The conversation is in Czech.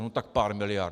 No tak pár miliard.